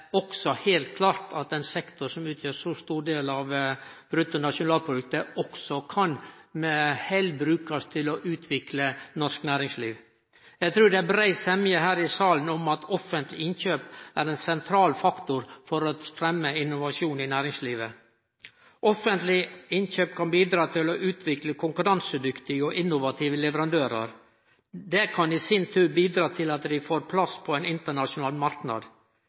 også heilt klart at ein sektor som utgjer så stor del av bruttonasjonalproduktet, med hell også kan brukast til å utvikle norsk næringsliv. Eg trur det er brei semje her i salen om at offentlege innkjøp er ein sentral faktor for å fremme innovasjon i næringslivet. Offentlege innkjøp kan bidra til å utvikle konkurransedyktige og innovative leverandørar. Det kan i sin tur bidra til at dei får plass på ein internasjonal marknad.